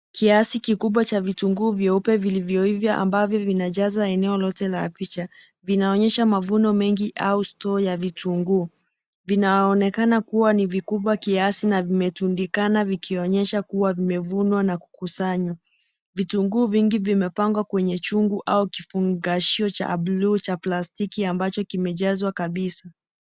Kiasi kikbwa cha vitunguu vyeupe vilivyoiva ambavyo zimejaza vimejaza eneo lote la picha, vinaonyesha mavuno mengi, au store ya vitunguu. Vinaonekana kuwa ni vikubwa kiasi na vimetundikana vikionyesha kuwa vimevunwa na kukusanywa. Vitunguu vingi vimepangwa kwenye chungu, au kifungashio cha bluu, cha plastiki ambacho kimejazwa kabisa.